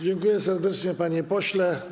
Dziękuję serdecznie, panie pośle.